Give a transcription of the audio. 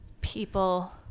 people